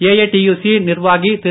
AITUC நிர்வாகி திரு